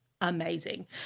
Amazing